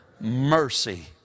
Mercy